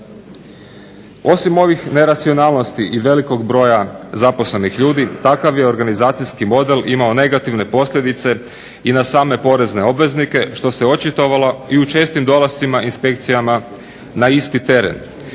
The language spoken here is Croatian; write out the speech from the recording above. Osim ovih neracionalnosti i velikog broja zaposlenih ljudi takav je organizacijski model imao negativne posljedice i na same porezne obveznike što se očitovalo i u čestim dolascima inspekcijama na isti teren